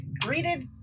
greeted